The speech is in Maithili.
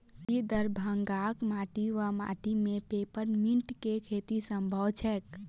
की दरभंगाक माटि वा माटि मे पेपर मिंट केँ खेती सम्भव छैक?